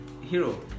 Hero